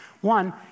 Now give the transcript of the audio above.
One